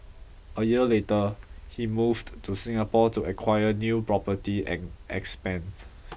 a year later he moved to Singapore to acquire new property and expand